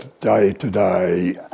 day-to-day